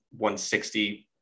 160